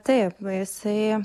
taip jisai